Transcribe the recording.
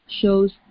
shows